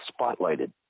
spotlighted